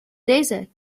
desert